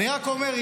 אני רק אומר,